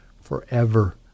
forever